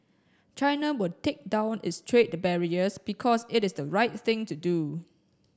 China will take down its trade barriers because it is the right thing to do